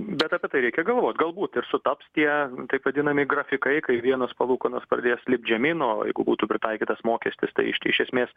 bet apie tai reikia galvot galbūt ir sutaps tie taip vadinami grafikai kai vienos palūkanos pradės lipt žemyn o jeigu būtų pritaikytas mokestis tai iš esmės